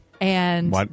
And-